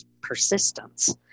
persistence